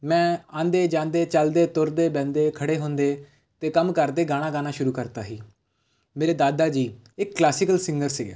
ਮੈਂ ਆਉਂਦੇ ਜਾਂਦੇ ਚਲਦੇ ਤੁਰਦੇ ਬਹਿੰਦੇ ਖੜੇ ਹੁੰਦੇ ਅਤੇ ਕੰਮ ਕਰਦੇ ਗਾਣਾ ਗਾਉਣਾ ਸ਼ੁਰੂ ਕਰਤਾ ਹੀ ਮੇਰੇ ਦਾਦਾ ਜੀ ਇੱਕ ਕਲਾਸਿਕਲ ਸਿੰਗਰ ਸੀਗੇ